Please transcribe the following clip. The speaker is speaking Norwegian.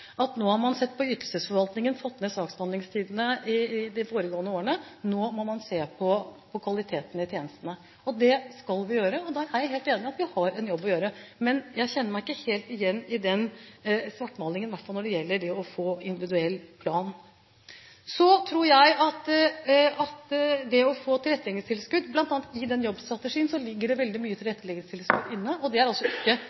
at nå har man sett på ytelsesforvaltningen, fått ned saksbehandlingstidene i de foregående årene, og nå må man se på kvaliteten i tjenestene. Det skal vi gjøre. Jeg er helt enig i at vi har en jobb å gjøre der, men jeg kjenner meg ikke helt igjen i den svartmalingen, i hvert fall ikke når det gjelder det å få individuell plan. Så tror jeg at bl.a. i den jobbstrategien ligger det veldig mye tilretteleggingstilskudd inne. Det er altså ikke